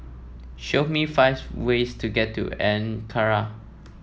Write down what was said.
show me five ways to get to Ankara